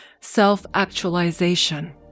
self-actualization